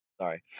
Sorry